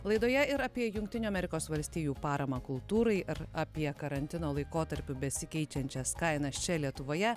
laidoje ir apie jungtinių amerikos valstijų paramą kultūrai ar apie karantino laikotarpiu besikeičiančias kainas čia lietuvoje